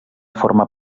forma